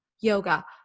yoga